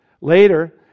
Later